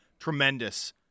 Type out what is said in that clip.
tremendous